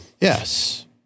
Yes